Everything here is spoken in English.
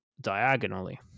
diagonally